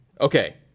Okay